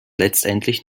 letztendlich